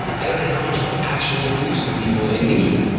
i don't know how much will actually reach the people in need.